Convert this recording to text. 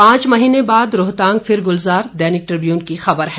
पांच महीने बाद रोहतांग फिर ग्रलजार दैनिक ट्रिब्यून की खबर है